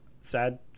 sad